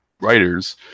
writers